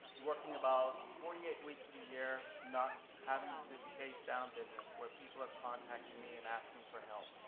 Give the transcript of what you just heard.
working about forty eight weeks of the year not having to chase down business, where people are contacting me and asking for help.